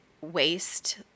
waste –